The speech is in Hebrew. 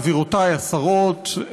גבירותי השרות,